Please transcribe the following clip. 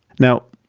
now,